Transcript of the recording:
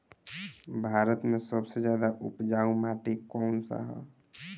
भारत मे सबसे ज्यादा उपजाऊ माटी कउन सा ह?